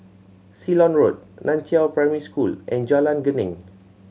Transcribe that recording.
Ceylon Road Nan Chiau Primary School and Jalan Geneng